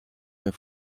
der